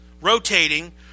rotating